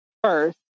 first